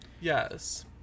Yes